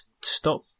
Stop